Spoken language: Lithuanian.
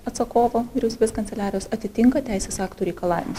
atsakovo vyriausybės kanceliarijos atitinka teisės aktų reikalavimus